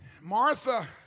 Martha